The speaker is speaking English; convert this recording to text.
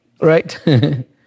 right